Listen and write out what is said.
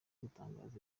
gutangaza